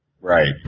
Right